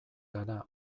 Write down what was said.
gara